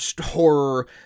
horror